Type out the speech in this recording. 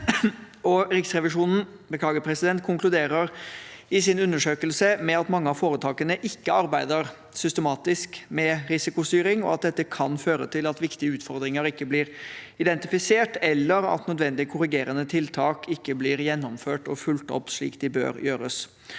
Riksrevisjonen konkluderer i sin undersøkelse med at mange av foretakene ikke arbeider systematisk med risikostyring, og at dette kan føre til at viktige utfordringer ikke blir identifisert, eller at nødvendige korrigerende tiltak ikke blir gjennomført og fulgt opp slik de bør.